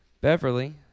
Beverly